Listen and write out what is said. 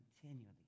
continually